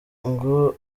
ngo